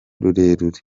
rurerure